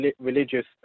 religious